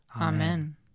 Amen